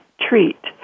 treat